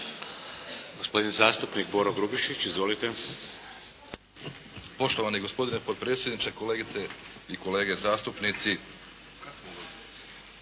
Gospodin zastupnik Boro Grubišić. Izvolite. **Grubišić, Boro (HDSSB)** Poštovani gospodine potpredsjedniče, kolegice i kolege zastupnici.